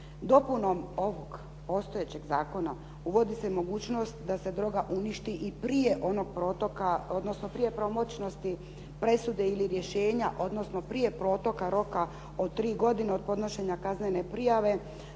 Dopunom ovog postojećeg zakona uvodi se mogućnost da se droga uništi i prije onog protoka odnosno prije pravomoćnosti presude ili rješenja, odnosno prije protoka roka od tri godine od podnošenja kaznene prijave